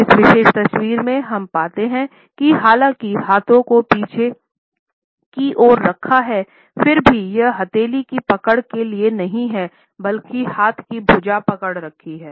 इस विशेष तस्वीर में हम पाते हैं कि हालांकि हाथों को पीछे की ओर रखा है फिर भी यह हथेली की पकड़ के लिए नहीं है बल्कि हाथ की भुजा पकड़ रखी है